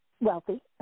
wealthy